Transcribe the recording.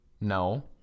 No